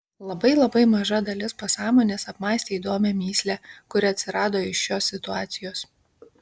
labai labai maža dalis pasąmonės apmąstė įdomią mįslę kuri atsirado iš šios situacijos